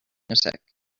music